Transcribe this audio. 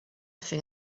nothing